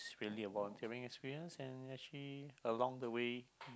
really a volunteering experience and actually along the way